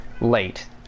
late